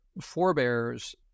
forebears